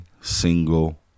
single